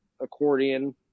accordion